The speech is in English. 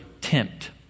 tempt